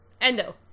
Endo